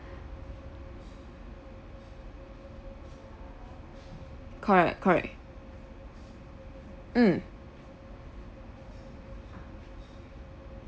correct correct mm